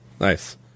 Nice